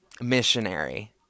missionary